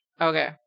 Okay